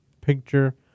picture